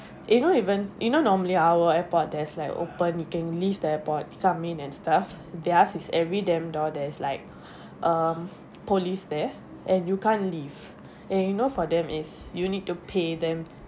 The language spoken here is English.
you don't even you know normally our airport there's like open you can leave the airport come in and stuff theirs is every damn door there's like um police there and you can't leave and you know for them is you need to pay them